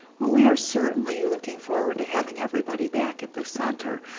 we're certainly looking forward to having everybody back at the center.